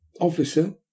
Officer